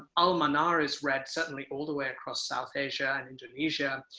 al-manar is read suddenly all the way across south asia and indonesia.